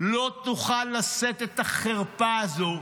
לא תוכל לשאת את החרפה הזאת.